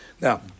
Now